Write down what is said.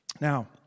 Now